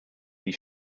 die